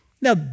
Now